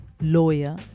lawyer